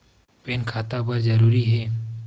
Pan खाता बर जरूरी हे?